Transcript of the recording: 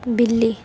बिल्ली